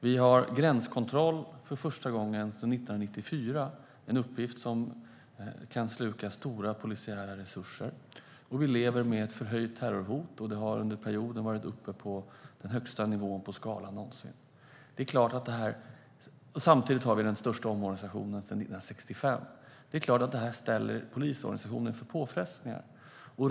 Vi har gränskontroller för första gången sedan 1994, en uppgift som kan sluka stora polisiära resurser, och vi lever med ett förhöjt terrorhot som under perioder varit uppe på den högsta nivån på skalan någonsin. Samtidigt har vi den största omorganisationen sedan 1965. Det är klart att detta ställer polisorganisationen inför påfrestningar.